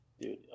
Dude